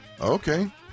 Okay